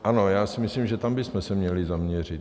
Ano, já si myslím, že tam bychom se měli zaměřit.